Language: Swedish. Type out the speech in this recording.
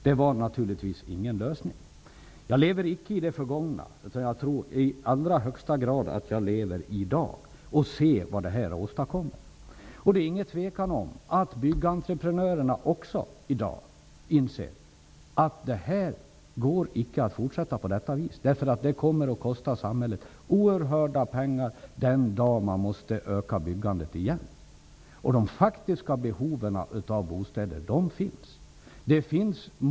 Det var naturligtvis ingen lösning. Jag lever icke i det förgångna. I stället tror jag att jag i allra högsta grad lever i nuet. Jag ser ju vad det här åstadkommer. Det råder inget tvivel om att också Byggentreprenörerna i dag inser att det icke går att fortsätta på det här viset, för detta kommer att kosta samhället oerhörda summor den dagen byggandet måste öka igen. Det finns faktiskt ett behov av bostäder.